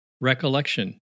Recollection